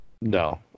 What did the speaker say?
No